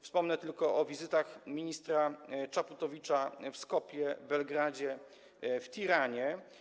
Wspomnę tylko o wizytach ministra Czaputowicza w Skopje, Belgradzie i Tiranie.